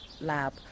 lab